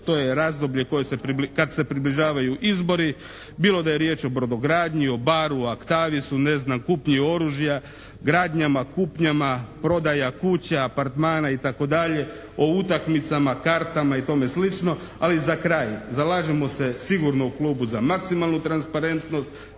to je razdoblje kad se približavaju izbori, bilo da je riječ o brodogradnji, Barr-u, Actavisu, ne znam kupnji oružja, gradnjama, kupnjama, prodaja kuća, apartmana itd., o utakmicama, kartama i tome slično. Ali za kraj, zalažemo se sigurno u klubu za maksimalnu transparentnost,